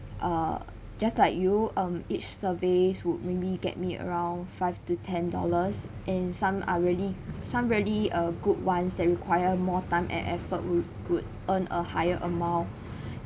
err just like you um each survey would maybe get me around five to ten dollars and some are really some really uh good ones that require more time and effort would would earn a higher amount